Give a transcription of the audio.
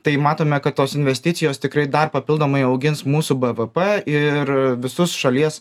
tai matome kad tos investicijos tikrai dar papildomai augins mūsų bvp ir visus šalies